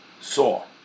saw